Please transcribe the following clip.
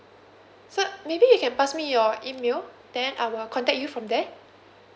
so maybe you can pass me your email then I will contact you from there